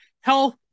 health